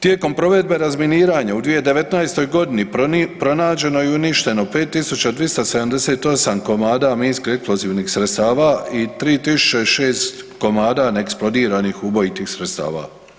Tijekom provedbe razminiranja u 2019.-toj godini pronađeno je i uništeno 5.278 komada minsko eksplozivnih sredstava i 3.006 komada neeksplodiranih ubojitih sredstava.